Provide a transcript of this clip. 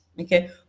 okay